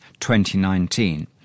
2019